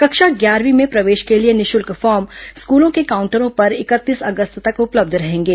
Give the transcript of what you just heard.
कक्षा ग्यारहवी में प्रवेश के लिए निःशुल्क फॉर्म स्कूलों के काउंटरों पर इकतीस अगस्त तक उपलब्ध रहेंगे